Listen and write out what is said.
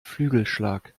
flügelschlag